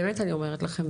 באמת אני אומרת לכם,